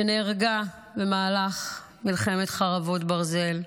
שנהרגה במהלך מלחמת חרבות ברזל.